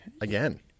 again